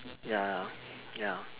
ya ya ya